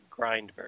Grindberg